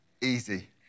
easy